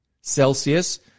celsius